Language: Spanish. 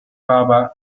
baba